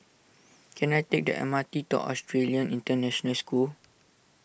can I take the M R T to Australian International School